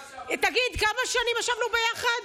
תגיד, כמה שנים ישבנו ביחד?